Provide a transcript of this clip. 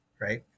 Right